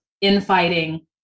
infighting